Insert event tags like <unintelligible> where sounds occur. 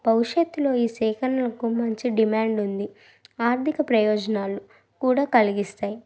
భవిష్యత్తులో ఈ సేకరణలకు మంచి డిమాండ్ ఉంది ఆర్థిక ప్రయోజనాలు కూడా కలిగిస్తాయి <unintelligible>